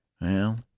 Well